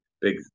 big